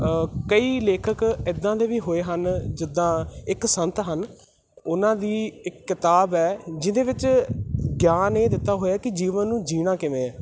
ਕਈ ਲੇਖਕ ਇੱਦਾਂ ਦੇ ਵੀ ਹੋਏ ਹਨ ਜਿੱਦਾਂ ਇੱਕ ਸੰਤ ਹਨ ਉਹਨਾਂ ਦੀ ਇਕ ਕਿਤਾਬ ਹੈ ਜਿਹਦੇ ਵਿੱਚ ਗਿਆਨ ਇਹ ਦਿੱਤਾ ਹੋਇਆ ਕਿ ਜੀਵਨ ਨੂੰ ਜੀਣਾ ਕਿਵੇਂ ਹੈ